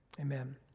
Amen